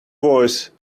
voice